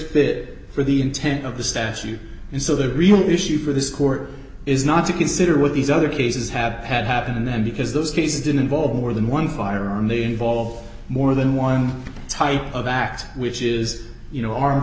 fit for the intent of the statute and so the real issue for this court is not to consider what these other cases have had happened and then because those cases did involve more than one firearm they involve more than one type of act which is you know armed